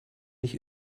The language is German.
nicht